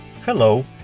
Hello